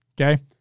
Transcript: Okay